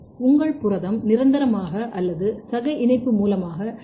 உங்கள் புரதம் நிரந்தரமாக அல்லது சக இணைப்பு மூலமாக டி